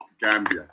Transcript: Gambia